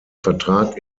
vertrag